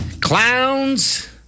Clowns